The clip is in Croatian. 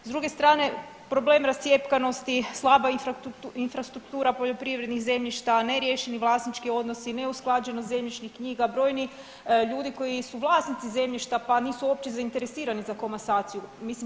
S druge strane problem rascjepkanosti, slaba infrastruktura poljoprivrednih zemljišta, neriješeni vlasnički odnosi, neusklađenost zemljišnih knjiga, brojni ljudi koji su vlasnici zemljišta pa nisu uopće zainteresirani za komasaciju mislim.